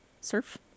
Surf